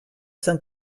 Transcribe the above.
cent